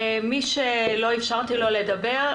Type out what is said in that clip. מי שלא אפשרתי לו לדבר,